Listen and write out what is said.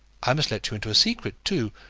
i must let you into a secret, too.